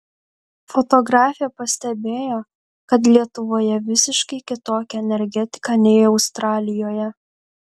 fotografė pastebėjo kad lietuvoje visiškai kitokia energetika nei australijoje